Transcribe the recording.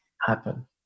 happen